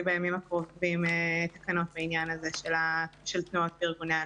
בימים הקרובים תקנות בעניין של תנועות וארגוני הנוער.